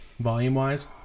Volume-wise